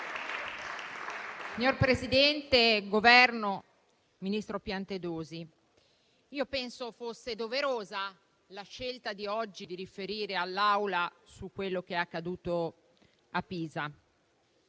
Signor Presidente, Governo, ministro Piantedosi, penso fosse doverosa la scelta di oggi di riferire all'Assemblea su quello che è accaduto a Pisa.